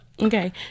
Okay